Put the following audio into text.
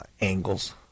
angles